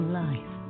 life